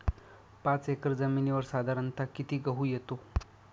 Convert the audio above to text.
पाच एकर जमिनीवर साधारणत: किती गहू येतो?